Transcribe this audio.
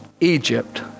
Egypt